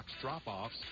drop-offs